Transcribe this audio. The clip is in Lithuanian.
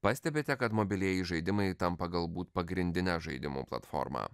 pastebite kad mobilieji žaidimai tampa galbūt pagrindine žaidimų platforma